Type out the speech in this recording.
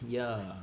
yeah